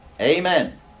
Amen